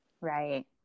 Right